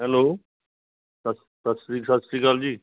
hello ਸੱਸ ਸੱਸਰੀ ਸਤਿ ਸ਼੍ਰੀ ਅਕਾਲ ਜੀ